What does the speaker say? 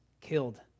killed